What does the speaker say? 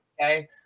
okay